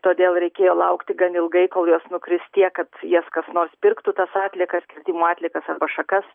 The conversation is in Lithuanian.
todėl reikėjo laukti gan ilgai kol jos nukris tiek kad jas kas nors pirktų tas atliekas atliekas arba šakas